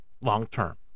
long-term